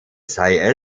sei